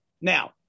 Now